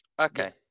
Okay